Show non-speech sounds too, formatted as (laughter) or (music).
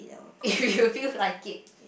(laughs) if you feel like it